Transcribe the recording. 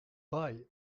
baai